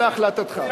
להחלטתך.